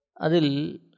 Adil